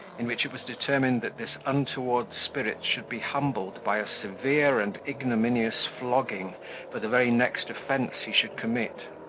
in which it was determined that this untoward spirit should be humbled by a severe and ignominious flogging for the very next offence he should commit.